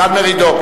דן מרידור.